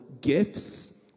gifts